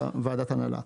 ועדת הנהלה.